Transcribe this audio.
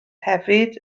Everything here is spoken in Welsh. hefyd